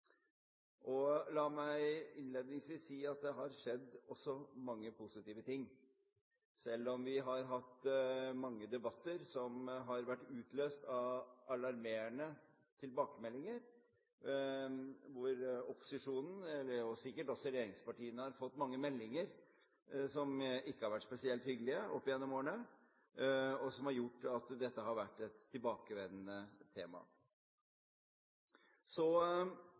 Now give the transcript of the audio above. regjeringen. La meg innledningsvis si at det også har skjedd mange positive ting, selv om vi har hatt mange debatter som har vært utløst av alarmerende tilbakemeldinger, hvor opposisjonen, og sikkert også regjeringspartiene, opp gjennom årene har fått mange meldinger som ikke har vært spesielt hyggelige, og som har gjort at dette har vært et tilbakevendende tema. Så